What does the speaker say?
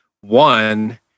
One